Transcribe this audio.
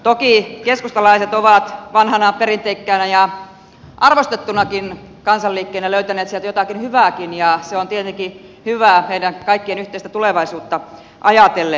toki keskustalaiset ovat vanhana perinteikkäänä ja arvostettunakin kansanliikkeenä löytäneet sieltä jotakin hyvääkin ja se on tietenkin hyvä meidän kaikkien yhteistä tulevaisuutta ajatellen